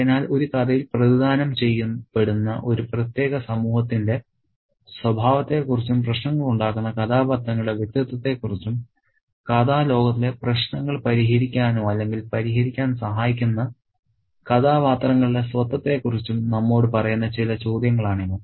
അതിനാൽ ഒരു കഥയിൽ പ്രതിനിധാനം ചെയ്യപ്പെടുന്ന ഒരു പ്രത്യേക സമൂഹത്തിന്റെ സ്വഭാവത്തെക്കുറിച്ചും പ്രശ്നങ്ങളുണ്ടാക്കുന്ന കഥാപാത്രങ്ങളുടെ വ്യക്തിത്വത്തെക്കുറിച്ചും കഥാലോകത്തിലെ പ്രശ്നങ്ങൾ പരിഹരിക്കാനോ അല്ലെങ്കിൽ പരിഹരിക്കാൻ സഹായിക്കുന്ന കഥാപാത്രങ്ങളുടെ സ്വത്വത്തെക്കുറിച്ചും നമ്മോട് പറയുന്ന ചില ചോദ്യങ്ങളാണിവ